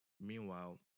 Meanwhile